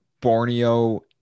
Borneo